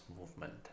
movement